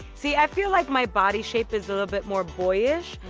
see i feel like my body shape is a little bit more boyish,